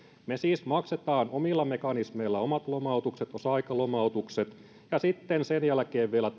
me siis maksamme omilla mekanismeillamme omat lomautuksemme osa aikalomautukset ja sitten sen jälkeen vielä